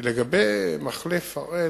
לגבי מחלף הראל,